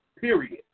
period